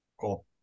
cool